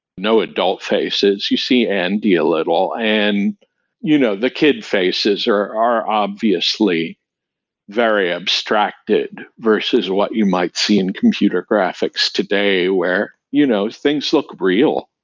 no adult faces you see and deal at all. and you know the kid faces are are obviously very abstracted, versus what you might see in computer graphics today, where you know things look real,